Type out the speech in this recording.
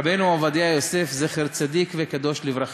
רבנו עובדיה יוסף, זכר צדיק וקדוש לברכה.